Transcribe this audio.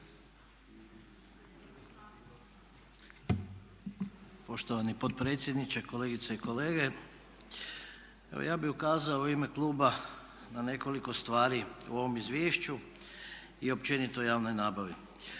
Poštovani potpredsjedniče, kolegice i kolege. Evo ja bih ukazao u ime kluba na nekoliko stvari u ovom izvješću i općenito o javnom nabavi.